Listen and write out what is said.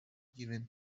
given